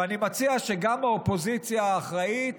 ואני מציע שגם האופוזיציה האחראית